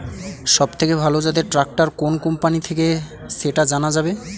সবথেকে ভালো জাতের ট্রাক্টর কোন কোম্পানি থেকে সেটা জানা যাবে?